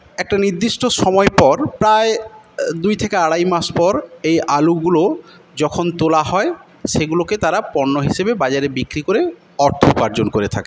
একটা নির্দিষ্ট সময় পর প্রায় দুই থেকে আড়াই মাস পর এই আলুগুলো যখন তোলা হয় সেগুলোকে তাঁরা পণ্য হিসেবে বাজারে বিক্রি করে অর্থ উপার্জন করে থাকে